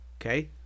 Okay